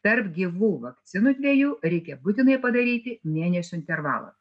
tarp gyvų vakcinų dviejų reikia būtinai padaryti mėnesio intervalą